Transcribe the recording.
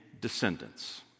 descendants